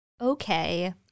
Okay